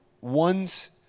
ones